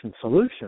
solution